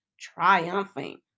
triumphing